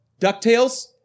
DuckTales